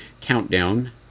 Countdown